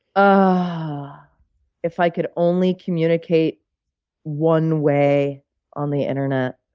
ah if i could only communicate one way on the internet,